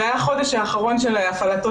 תשתפי איתנו פעולה.